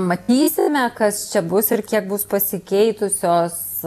matysime kas čia bus ir kiek bus pasikeitusios